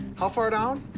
how far down?